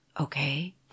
Okay